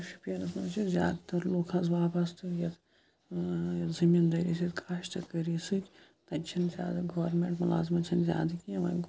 شُپیَنَس منٛز چھِ زیادٕ تَر لُکھ حظ وابسطہٕ یَتھ یَتھ زٔمیٖندٲری سۭتۍ کاشتکٲری سۭتۍ تَتہِ چھِنہٕ زیادٕ گورمٮ۪نٛٹ مُلازمت چھَنہٕ زیادٕ کینٛہہ وۄںۍ گوٚو